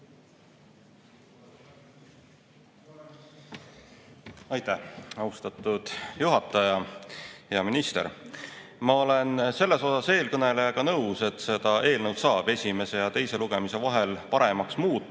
Aitäh, austatud juhataja! Hea minister! Ma olen selles osas eelkõnelejaga nõus, et seda eelnõu saab esimese ja teise lugemise vahel paremaks muuta.